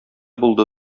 булды